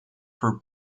for